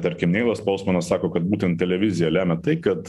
tarkim neilas polsmanas sako kad būtent televizija lemia tai kad